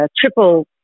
triple